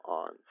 on